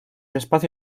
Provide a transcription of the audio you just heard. espacio